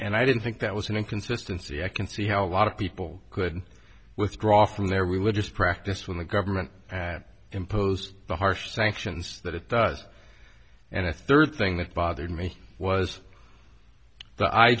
and i didn't think that was an inconsistency i can see how a lot of people could withdraw from their religious practice when the government imposed the harsh sanctions that it does and a third thing that bothered me was